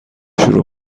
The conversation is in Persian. شروع